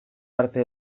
arte